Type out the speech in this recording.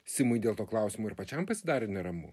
simui dėl to klausimo ir pačiam pasidarė neramu